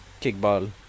Kickball